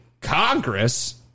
Congress